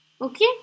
Okay